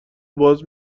باز